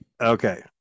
Okay